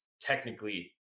technically